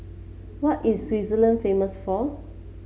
what is Switzerland famous for